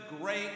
great